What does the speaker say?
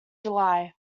july